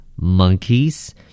Monkeys